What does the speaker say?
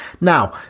now